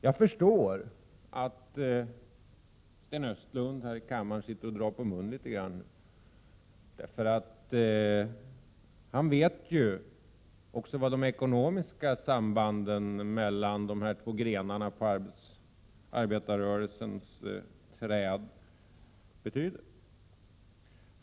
Jag förstår att Sten Östlund sitter här i kammaren och drar på munnen litet grand nu. Han vet vad de ekonomiska sambanden mellan de två grenarna på arbetarrörelsens träd betyder.